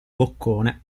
boccone